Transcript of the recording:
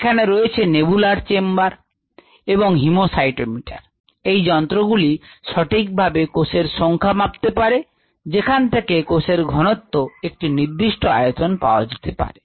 এখানে রয়েছে Neubauer chamber neaubauer chambers এবং haemocytometers এই যন্ত্রগুলি সঠিকভাবে কোষের সংখ্যা মাপতে পারে যেখান থেকে কোষের ঘনত্ব একটি নির্দিষ্ট আয়তনে পাওয়া যেতে পারে